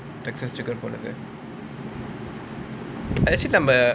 Texas Chicken பண்றது:pandrathu